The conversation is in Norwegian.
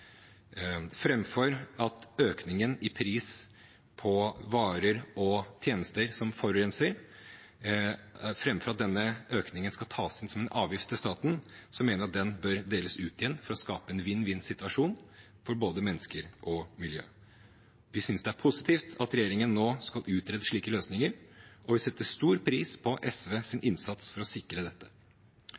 at økningen i pris på varer og tjenester som forurenser, skal tas inn som en avgift til staten, mener vi at den bør deles ut igjen for å skape en vinn–vinn-situasjon for både mennesker og miljø. Vi synes det er positivt at regjeringen nå skal utrede slike løsninger, og vi setter stor pris på SVs innsats for å sikre dette.